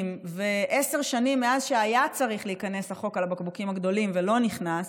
ו-10 שנים מאז שהיה צריך להיכנס החוק על הבקבוקים הגדולים ולא נכנס,